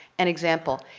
an example.